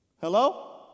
hello